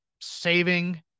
saving